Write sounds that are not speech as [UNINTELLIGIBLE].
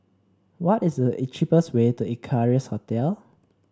what is the [UNINTELLIGIBLE] cheapest way to Equarius Hotel